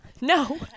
No